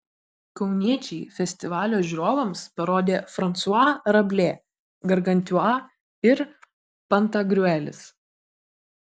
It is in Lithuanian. kauniečiai festivalio žiūrovams parodė fransua rablė gargantiua ir pantagriuelis